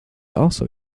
also